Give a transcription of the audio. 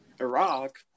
Iraq